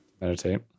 Meditate